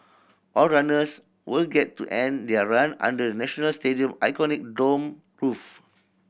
all runners will get to end their run under the National Stadium iconic domed roof